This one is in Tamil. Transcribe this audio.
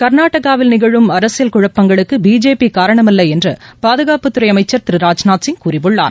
கர்நாடகாவில் நிகழும் அரசியல் குழப்பங்களுக்குபிஜேபிகாரணமல்லஎன்றுபாதகாப்புத் துறைஅமைச்சர் திரு ராஜ்நாத் சிங் கூறியுள்ளார்